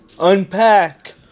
unpack